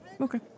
Okay